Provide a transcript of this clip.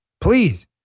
Please